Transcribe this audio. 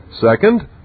Second